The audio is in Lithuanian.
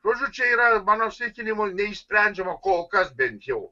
žodžiu čia yra mano įsitikinimu neišsprendžiama kol kas bent jau